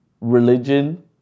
religion